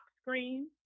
screen